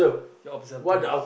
you observe them